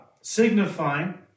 signifying